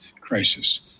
crisis